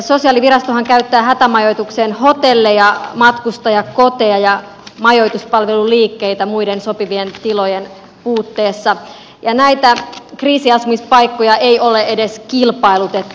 sosiaalivirastohan käyttää hätämajoitukseen hotelleja matkustajakoteja ja majoituspalveluliikkeitä muiden sopivien tilojen puutteessa ja näitä kriisiasumispaikkoja ei ole edes kilpailutettu